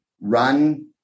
run